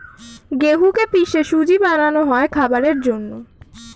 গেহুকে পিষে সুজি বানানো হয় খাবারের জন্যে